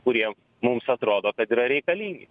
kurie mums atrodo yra reikalingi